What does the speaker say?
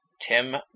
Tim